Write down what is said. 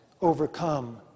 overcome